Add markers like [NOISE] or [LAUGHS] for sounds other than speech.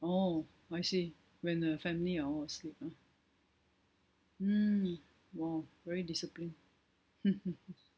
oh I see when the family are all asleep ah mm !wow! very discipline [LAUGHS]